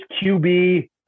QB